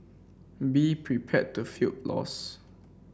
be prepared to feel lost